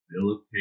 Philip